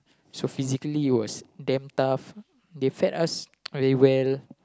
so physically it was damn tough they fed us very well